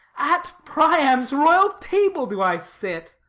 at priam's royal table do i sit